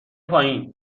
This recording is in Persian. پایین